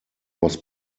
was